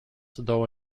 though